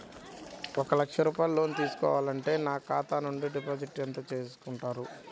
ఒక లక్ష రూపాయలు లోన్ తీసుకుంటే ఖాతా నుండి డిపాజిట్ ఎంత చేసుకుంటారు?